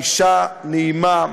אישה נעימה,